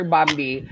Bambi